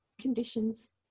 conditions